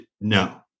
No